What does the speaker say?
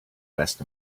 dressed